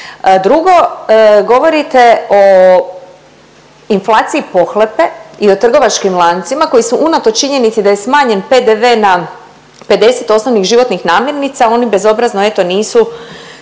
Drugo, govorite o inflaciji pohlepe i o trgovačkim lancima koji su unatoč činjenici da je smanjen PDV na 50 osnovnih životnih namirnica oni bezobrazno,